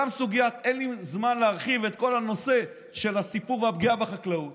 אין לי זמן להרחיב את כל הנושא של סיפור הפגיעה בחקלאות